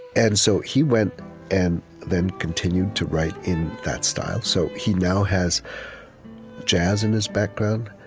and so he went and then continued to write in that style. so he now has jazz in his background.